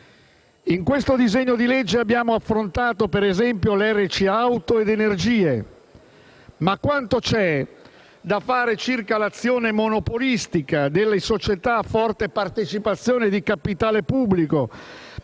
In questo disegno di legge abbiamo affrontato ad esempio i temi della RC auto e delle energie. Ma quanto c'è da fare circa l'azione monopolistica delle società a forte partecipazione di capitale pubblico,